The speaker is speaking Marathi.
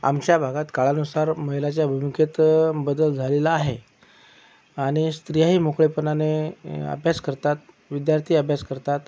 आमच्या भागात काळानुसार महिलाच्या भूमिकेत बदल झालेला आहे आणि स्त्रियाही मोकळेपणाने अभ्यास करतात विद्यार्थी अभ्यास करतात